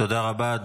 תודה רבה.